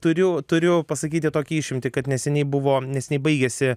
turiu turiu pasakyti tokią išimtį kad neseniai buvo neseniai baigėsi